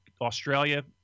Australia